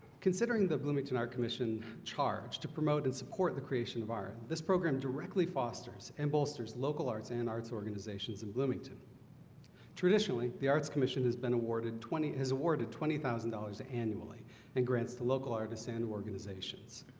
considering the bloomington art commission charged to promote and support the creation of art this program directly fosters and bolsters local arts and arts organizations in bloomington traditionally the arts commission has been awarded twenty has awarded twenty thousand dollars annually and grants the local artists and organizations